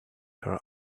her